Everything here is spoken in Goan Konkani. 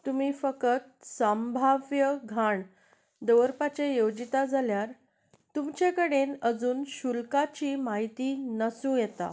तुमी फकत संभाव्य घाण दवरपाचें येवजिता जाल्यार तुमचे कडेन अजून शुल्काची म्हायती नासूं येता